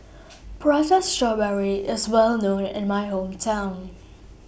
Prata Strawberry IS Well known in My Hometown